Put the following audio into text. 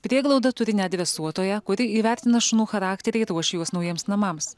prieglauda turi net dresuotoją kuri įvertina šunų charakterį ir ruošia juos naujiems namams